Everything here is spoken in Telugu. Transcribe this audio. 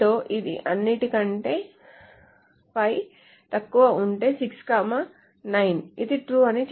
ఇది అన్నింటి కంటే 5 తక్కువగా ఉంటే 6 9 ఇది true అని చెప్పండి